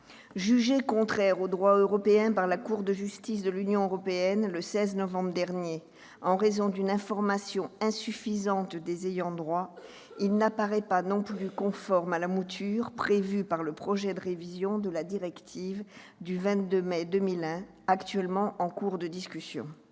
Jugé contraire au droit européen par la Cour de justice de l'Union européenne, le 16 novembre dernier, en raison d'une information insuffisante des ayants droit, il n'apparaît pas non plus conforme à la mouture prévue par le projet de révision de la directive du 22 mai 2001, en cours de discussion.